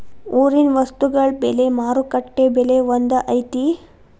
ಊರಿನ ವಸ್ತುಗಳ ಬೆಲೆ ಮಾರುಕಟ್ಟೆ ಬೆಲೆ ಒಂದ್ ಐತಿ?